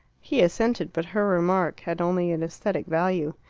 he assented, but her remark had only an aesthetic value.